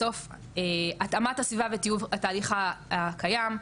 התאמת הסביבה וטיוב התהליך הקיים,